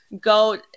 go